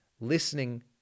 listening